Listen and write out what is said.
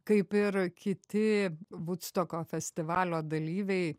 kaip ir kiti vudstoko festivalio dalyviai